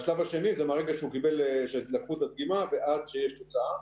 השלב השני זה מהרגע שלקחו את הדגימה ועד שיש תוצאה.